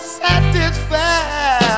satisfied